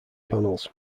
panels